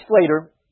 later